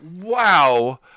wow